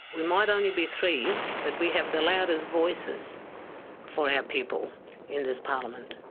we might only be three but we have the loudest voices for our people in this parliament.